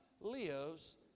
lives